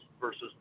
versus